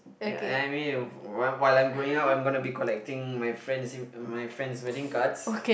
ya and mean while while I'm growing up I'm gonna be collecting my friend's in~ my friend's wedding cards